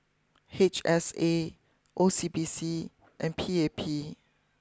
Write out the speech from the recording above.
H S A O C B C and P A P